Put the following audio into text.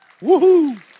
Woo-hoo